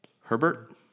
Herbert